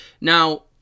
Now